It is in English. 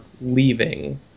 leaving